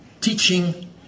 teaching